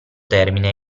termine